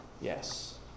Yes